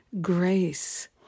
grace